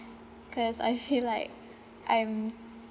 cause I feel like I'm